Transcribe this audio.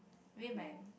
women